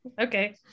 Okay